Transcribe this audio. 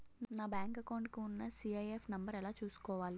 నా bank account కి ఉన్న సి.ఐ.ఎఫ్ నంబర్ ఎలా చూసుకోవాలి?